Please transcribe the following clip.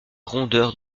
rondeurs